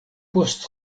post